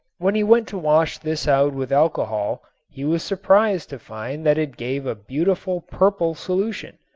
when he went to wash this out with alcohol he was surprised to find that it gave a beautiful purple solution.